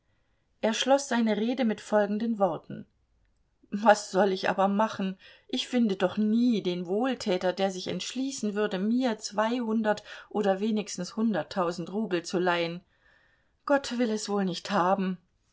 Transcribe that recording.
er schloß seine rede mit folgenden worten was soll ich aber machen ich finde doch nie den wohltäter der sich entschließen würde mir zweihundert oder wenigstens hunderttausend rubel zu leihen gott will es wohl nicht haben